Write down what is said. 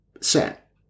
set